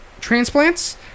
Transplants